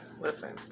listen